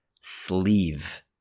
sleeve